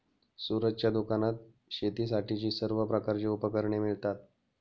सूरजच्या दुकानात शेतीसाठीची सर्व प्रकारची उपकरणे मिळतात